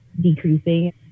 decreasing